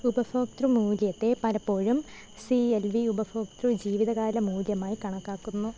ഉപഭോക്തൃ മൂല്യത്തെ പലപ്പോഴും സി എൽ വി ഉപഭോക്തൃ ജീവിതകാല മൂല്യമായി കണക്കാക്കുന്നു